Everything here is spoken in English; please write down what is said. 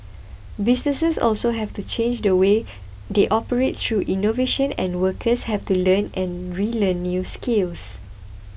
businesses also have to change the way they operate through innovation and workers have to learn and relearn new skills